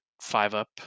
five-up